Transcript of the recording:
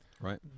Right